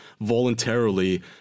voluntarily